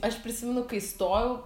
aš prisimenu kai stojau